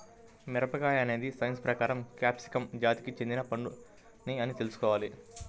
మిరపకాయ అనేది సైన్స్ ప్రకారం క్యాప్సికమ్ జాతికి చెందిన పండు అని తెల్సుకోవాలి